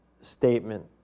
statement